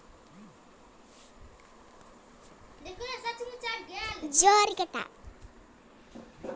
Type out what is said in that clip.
यदि हमरा ऋण वा लोन भेट सकैत अछि तऽ हमरा ओकर मासिक राशि कत्तेक लागत?